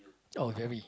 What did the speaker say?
oh very